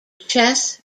chess